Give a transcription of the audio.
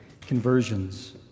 conversions